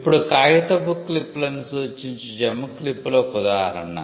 ఇప్పుడు కాగితపు క్లిప్లను సూచించే జెమ్ క్లిప్లు ఒక ఉదాహరణ